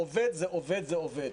עובד הוא עובד הוא עובד.